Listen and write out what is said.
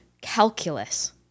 calculus